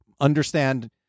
understand